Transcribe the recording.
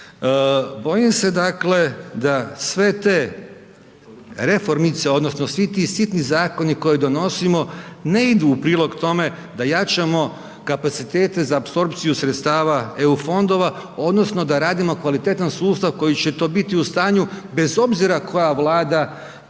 Bojim se dakle da sve te reformice, odnosno svi ti sitni zakoni koje donosimo ne idu u prilog tome da jačamo kapacitete za apsorpciju sredstava EU fondova odnosno da radimo kvalitetan sustav koji će to biti u stanju, bez obzira koja vlada,